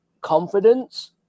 confidence